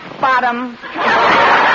bottom